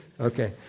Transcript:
Okay